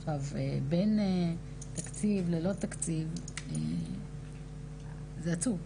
עכשיו, בין תקציב ללא תקציב, זה עצוב.